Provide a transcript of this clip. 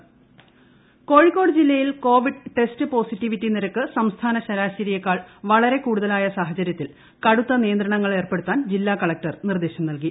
Kozhikode covid intro Kozhikode ജില്ലയിൽ covid test positivity നിരക്ക് സംസ്ഥാന ശരാശരിയേക്കാൾ വളരെ കൂടുതലായ സാഹചരൃത്തിൽ കടുത്ത നിയന്ത്രണങ്ങളേർപ്പെടുത്താൻ ജില്ലാ കളക്ടർ നിർദേശം നൽകി